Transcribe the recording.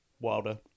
Wilder